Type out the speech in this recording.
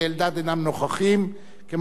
וגם חבר הכנסת ג'מאל זחאלקה,